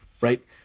Right